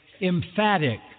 emphatic